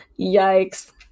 Yikes